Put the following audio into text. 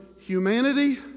humanity